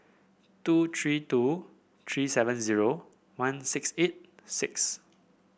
two three two three seven zero one six eight six